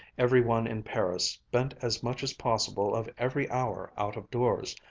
every one in paris spent as much as possible of every hour out of doors.